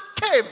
came